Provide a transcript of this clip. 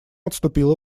отступила